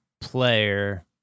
player